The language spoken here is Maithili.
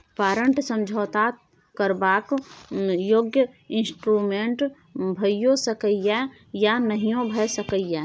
बारंट समझौता करबाक योग्य इंस्ट्रूमेंट भइयो सकै यै या नहियो भए सकै यै